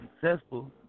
successful